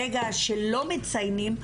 ברגע שלא מציינים,